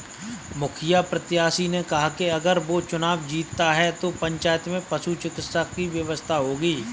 मुखिया प्रत्याशी ने कहा कि अगर वो चुनाव जीतता है तो पंचायत में पशु चिकित्सा की व्यवस्था होगी